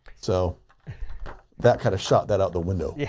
so that kind of shot that out the window. yeah,